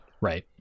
right